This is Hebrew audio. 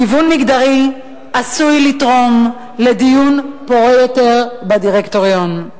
גיוון מגדרי עשוי לתרום לדיון פורה יותר בדירקטוריון.